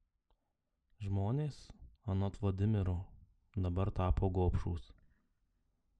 žmonės anot vladimiro dabar tapo gobšūs